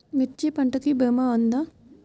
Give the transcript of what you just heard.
మిర్చి పంటకి భీమా ఉందా?